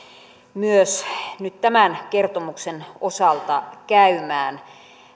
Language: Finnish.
myös nyt tämän kertomuksen osalta käymään